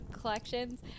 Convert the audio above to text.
collections